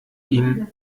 ihm